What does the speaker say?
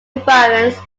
variants